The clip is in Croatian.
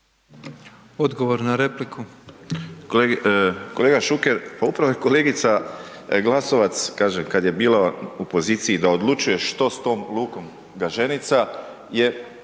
Odgovor na repliku.